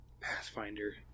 Pathfinder